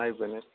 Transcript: time मोनो